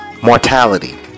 mortality